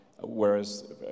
whereas